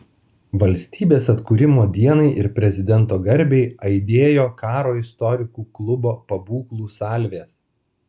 valstybės atkūrimo dienai ir prezidento garbei aidėjo karo istorikų klubo pabūklų salvės